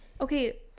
Okay